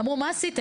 אמרו מה עשיתם?